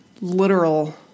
literal